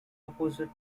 opposite